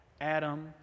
Adam